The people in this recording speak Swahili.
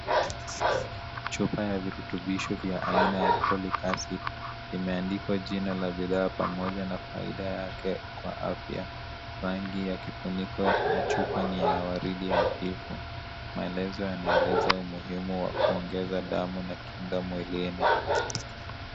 Chupa ya virutubisho vya aina ya (cs)foric acid(cs), imeandikwa jina ya bidhaa pamoja na faida yake kwa afya, rangi ta kifuniko ya chupa ni ya waridi hafifu, maelezo yanaeleza umuhimu wa kuongeza damu na kinga mwilini.